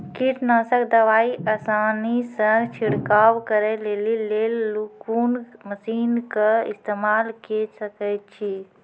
कीटनासक दवाई आसानीसॅ छिड़काव करै लेली लेल कून मसीनऽक इस्तेमाल के सकै छी?